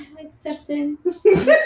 acceptance